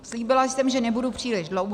Slíbila jsem, že nebudu příliš dlouhá.